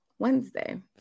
Wednesday